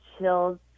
chills